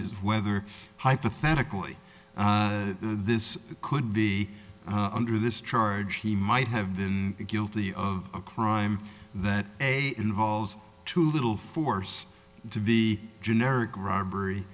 is whether hypothetically this could be under this charge he might have been guilty of a crime that a involves too little force to be generic robbery